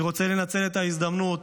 אני רוצה לנצל את ההזדמנות